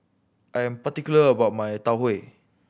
I am particular about my Tau Huay